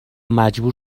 مجبور